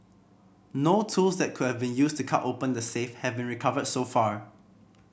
no tools that could have been used to cut open the safe have been recovered so far